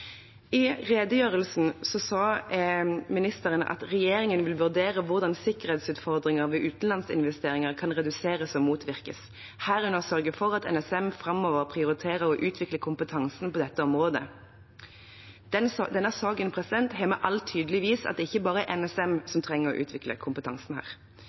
I redegjørelsen sa ministeren: «Regjeringen vil vurdere hvordan sikkerhetsutfordringer ved utenlandske investeringer kan reduseres og motvirkes, herunder sørge for at NSM framover prioriterer å utvikle kompetanse på dette området». Denne saken har med all tydelighet vist at det ikke bare er NSM som trenger å utvikle kompetanse her.